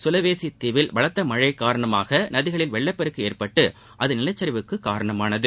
Sulawesi தீவில் பலத்த மழழ காரணமாக நதிகளில் வெள்ளப்பெருக்கு ஏற்பட்டு அது நிலச்சரிவுக்கு காரணமானது